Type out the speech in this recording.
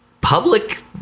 public